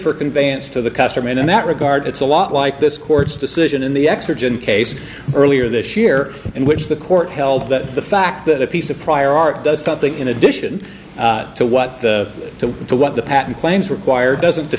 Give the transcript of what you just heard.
for conveyance to the customer and in that regard it's a lot like this court's decision in the x or gen case earlier this year in which the court held that the fact that a piece of prior art does something in addition to what to the what the patent claims require doesn't